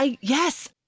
Yes